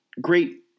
great